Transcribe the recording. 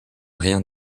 rien